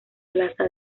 plaza